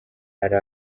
hari